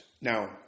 Now